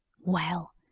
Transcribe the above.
Well